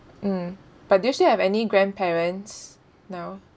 mm but do you still have any grandparents now